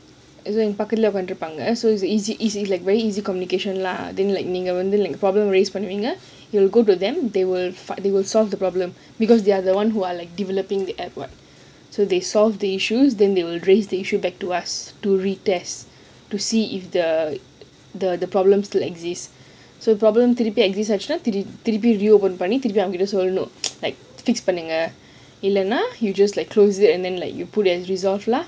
பக்கத்துல இருப்பாங்க:pakkathula iruppanga so is easy easy like very easy communication lah then like நீங்க வந்து:neenga wanthu problem raise பண்ணினா:pannina you will go to them they will fight they will solve the problem because they are the one who are like developing the app [what] so they solve the issue then they will raise the issue back to us to retest to see if the the the problem still exist so problem திருப்பி அவங்க கிட்ட சொல்லணம்:thiruppi awanga kitta sollanm like fix பண்ணுங்க:pannunga you just like close it and then like you put as resolve lah